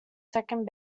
second